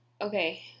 okay